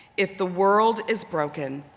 if the world is broken,